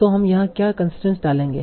तो हम यहां क्या कंसट्रेन्स डालेंगे